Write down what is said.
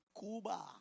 Cuba